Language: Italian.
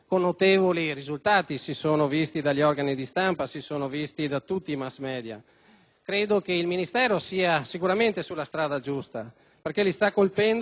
Credo che il Ministero sia sicuramente sulla strada giusta perché li sta colpendo su quello che hanno più a cuore: il sequestro dei loro beni, quindi il denaro.